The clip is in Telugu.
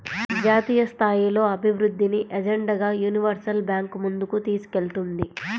జాతీయస్థాయిలో అభివృద్ధిని ఎజెండాగా యూనివర్సల్ బ్యాంకు ముందుకు తీసుకెళ్తుంది